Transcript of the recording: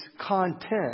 content